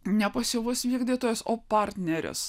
ne pasyvus vykdytojas o partneris